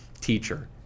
teacher